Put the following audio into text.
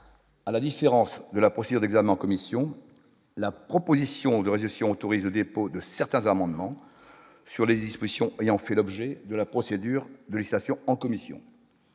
à la différence de la procédure d'examen en commission, la proposition de résolution autorise le dépôt de certains amendements sur les dispositions et en fait l'objet de la procédure de législation en commission